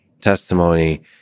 testimony